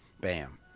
Bam